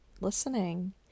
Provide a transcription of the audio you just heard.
listening